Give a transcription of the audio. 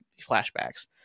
flashbacks